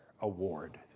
Award